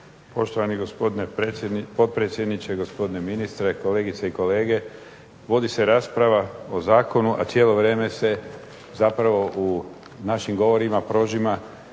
poštovani gospodine potpredsjedniče, gospodine ministre, kolegice i kolege. Vodi se rasprava o zakonu, a cijelo vrijeme se zapravo u našim govorima prožima